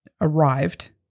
arrived